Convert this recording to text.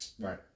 Right